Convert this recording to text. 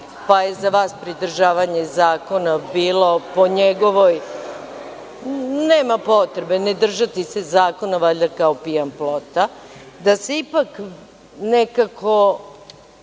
pa je za vas pridržavanje zakona bilo po njegovom, nema potrebe držati se zakona kao pijan plota, da se ipak nekako